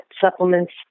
supplements